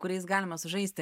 kuriais galima sužaisti